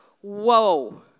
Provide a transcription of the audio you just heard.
whoa